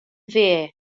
dde